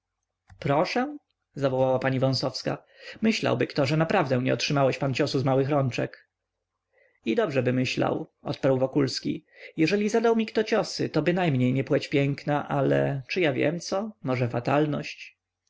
proszę zawołała pani wąsowska myślałby kto że naprawdę nie otrzymałeś pan ciosu z małych rączek i dobrzeby myślał odparł wokulski jeżeli zadał mi kto ciosy to bynajmniej nie płeć piękna ale czy ja wiem co może fatalność